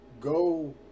go